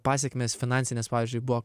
pasekmės finansinės pavyzdžiui buvo